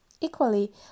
Equally